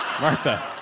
Martha